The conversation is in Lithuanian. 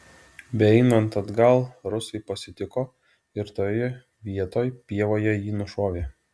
beeinant atgal rusai pasitiko ir toje vietoj pievoje jį nušovė